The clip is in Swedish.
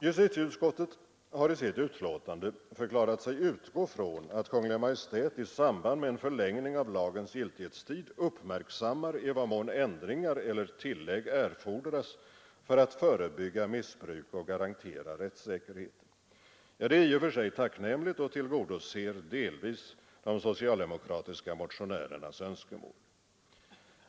Justitieutskottet har i sitt betänkande förklarat sig utgå från att Kungl. Maj:t i samband med en förlängning av lagens giltighetstid uppmärksammar i vad mån ändringar eller tillägg erfordras för att förebygga missbruk och garantera rättssäkerhet. Detta är i och för sig tacknämligt och tillgodoser delvis de socialdemokratiska motionärernas önskemål.